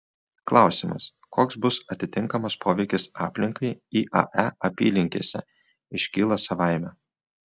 klausimas koks bus atitinkamas poveikis aplinkai iae apylinkėse iškyla savaime